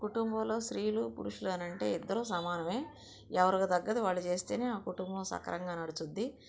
కుటుంబంలో స్త్రీలు పురుషులనంటే ఇద్దరు సమానమే ఎవరికి తగ్గది వాళ్ళు చేస్తేనే ఆ కుటుంబం సక్రమంగా నడుచుద్ది